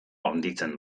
handitzen